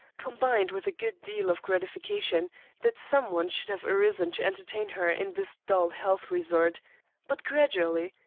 combined with a good deal of gratification that some one should have arisen to entertain her in this dull health resort but gradually,